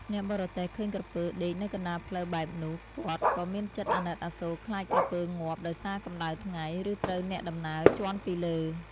អ្នកបរទេះឃើញក្រពើដេកនៅកណ្តាលផ្លូវបែបនោះ គាត់ក៏មានចិត្តអាណិតអាសូរខ្លាចក្រពើងាប់ដោយសារកម្តៅថ្ងៃ ឬត្រូវអ្នកដំណើរជាន់ពីលើ។